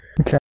Okay